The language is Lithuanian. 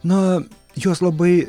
nu jos labai